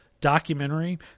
documentary